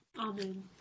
Amen